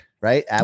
right